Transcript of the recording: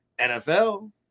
NFL